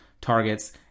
targets